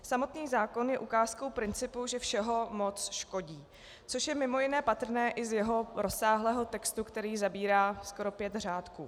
Samotný zákon je ukázkou principu, že všeho moc škodí, což je mimo jiné patrné i z jeho rozsáhlého textu, který zabírá skoro pět řádků.